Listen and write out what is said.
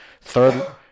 Third